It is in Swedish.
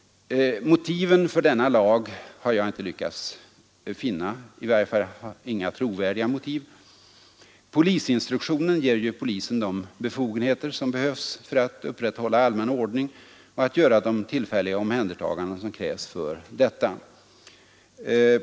Jag har inte lyckats finna några motiv för denna lag, i varje fall inga trovärdiga motiv. Polisinstruktionen ger polisen de befogenheter som behövs för att upprätthålla allmän ordning och för att göra de tillfälliga omhändertaganden som krävs för detta.